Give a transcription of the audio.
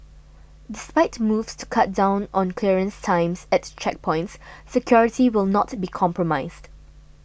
despite moves to cut down on clearance times at checkpoints security will not be compromised